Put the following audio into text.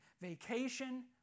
Vacation